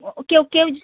ও ও কেউ কেউ জ